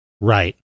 Right